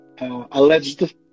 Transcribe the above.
alleged